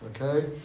Okay